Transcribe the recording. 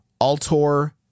Altor